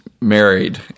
married